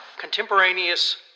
contemporaneous